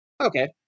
Okay